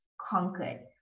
conquered